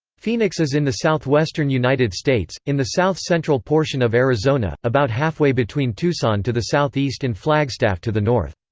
phoenix is in the southwestern united states, in the south-central portion of arizona about halfway between tucson to the southeast and flagstaff to the north.